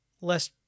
less